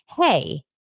hey